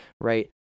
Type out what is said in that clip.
Right